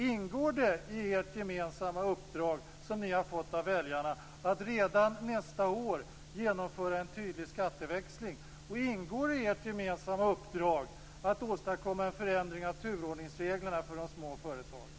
Ingår det i det gemensamma uppdrag som ni har fått av väljarna att redan nästa år genomföra en tydlig skatteväxling? Ingår det i ert gemensamma uppdrag att åstadkomma en förändring av turordningsreglerna för de små företagen?